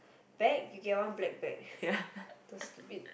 bag you get one black bag those stupid